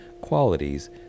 qualities